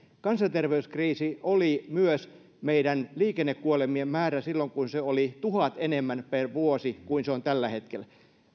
kansanterveyskriisi oli myös meidän liikennekuolemien määrä silloin kun se oli tuhannen enemmän per vuosi kuin se on tällä hetkellä